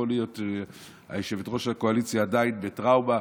יכול להיות שיושבת-ראש הקואליציה עדיין בטראומה,